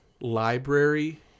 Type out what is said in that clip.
Library